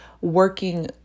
working